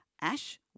Ash